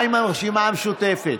מה עם הרשימה המשותפת?